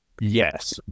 Yes